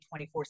24